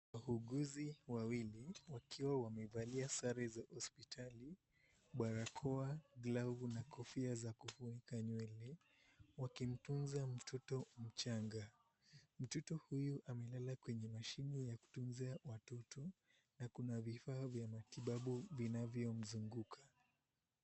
Wauguzi wawili wakiwa wamevalia sare za hospitali, barakoa glavu na kofia za kufunika nywele wakimtunza mtoto mchanga, mtoto huyu amelala kwenye mashine ya kutunzia watoto na kna vifaa vya matibabu vinavyomzunguka.